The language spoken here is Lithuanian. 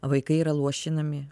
vaikai yra luošinami